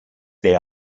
they